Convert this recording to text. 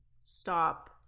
Stop